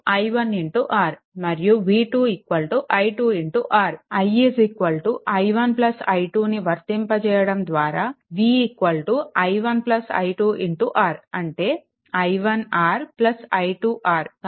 i i1 i2ను వర్తింపచేయడం ద్వారా v i1 i2 R అంటే i1 R i2 R కనుక v v1 v2